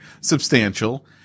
substantial